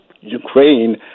Ukraine